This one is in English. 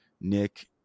Nick